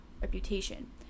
reputation